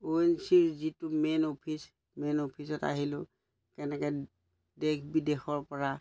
অ' N G C ৰ যিটো main office main অফিচত আহিলোঁ কেনেকৈ দেশ বিদেশৰ পৰা